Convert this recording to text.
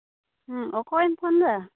ᱦᱩᱸ ᱚᱠᱚᱭᱮᱢ ᱯᱷᱳᱱᱫᱟ